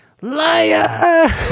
Liar